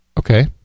Okay